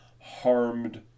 harmed